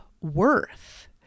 worth